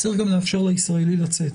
צריך גם לאפשר לישראלי לצאת